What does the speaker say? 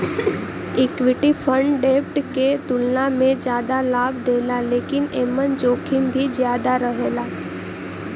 equity fund डेब्ट के तुलना में जादा लाभ देला लेकिन एमन जोखिम भी ज्यादा रहेला